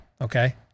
Okay